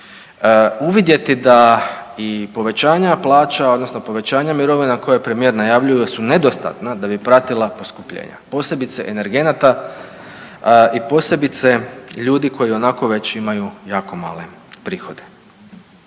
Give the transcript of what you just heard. uvidjeti da i povećanja plaća odnosno povećanja mirovina koje premijer najavljuju su nedostatna da bi pratila poskupljenja, posebice energenata i posebice ljudi koji i onako već imaju jako male prihode.